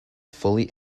fully